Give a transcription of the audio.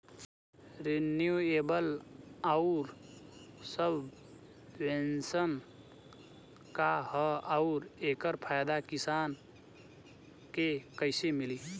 Renewable आउर subvention का ह आउर एकर फायदा किसान के कइसे मिली?